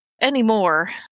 Anymore